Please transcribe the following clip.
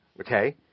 okay